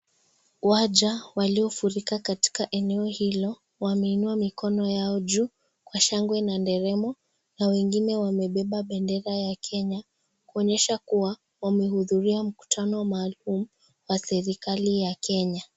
Waja waliofurika katika eneo hilo wameinua mikono yao juu kwa shangwe na nderemo na wengine wamebeba bendera ya Kenya kuonyesha kuwa wamehudhuria mkutano mahali humu wa serikali ya Kenya .